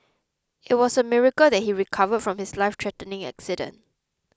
it was a miracle that he recovered from his life threatening accident